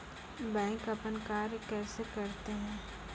Bank अपन कार्य कैसे करते है?